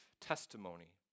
testimony